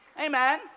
Amen